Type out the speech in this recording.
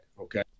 Okay